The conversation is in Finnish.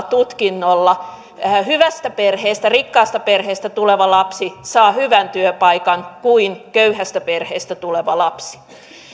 tutkinnolla hyvästä perheestä rikkaasta perheestä tuleva lapsi saa hyvän työpaikan kuin köyhästä perheestä tuleva lapsi